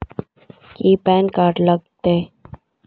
की PAN card लग तै?